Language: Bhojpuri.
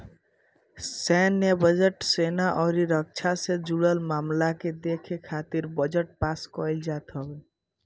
सैन्य बजट, सेना अउरी रक्षा से जुड़ल मामला के देखे खातिर बजट पास कईल जात हवे